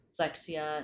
dyslexia